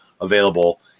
available